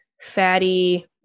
fatty